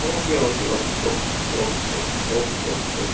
okay okay okay okay okay okay okay okay okay